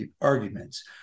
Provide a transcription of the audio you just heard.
arguments